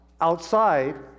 outside